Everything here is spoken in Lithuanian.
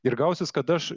ir gausis kad aš